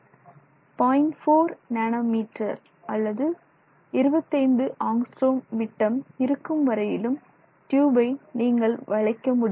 4 nano metre அல்லது 25 angstrom விட்டம் இருக்கும் வரையிலும் டியூபை நீங்கள் வளைக்க முடியும்